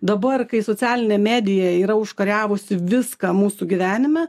dabar kai socialinė medija yra užkariavusi viską mūsų gyvenime